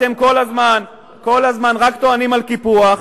אתם כל הזמן רק טוענים לקיפוח,